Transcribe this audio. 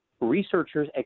researchers